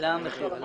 אני